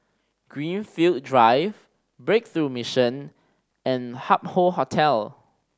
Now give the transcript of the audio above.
Greenfield Drive Breakthrough Mission and Hup Hoe Hotel